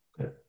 Okay